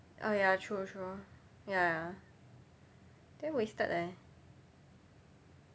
oh ya true true ya then wasted eh